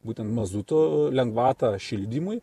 būtent mazuto lengvatą šildymui